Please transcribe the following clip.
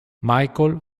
michael